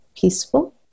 peaceful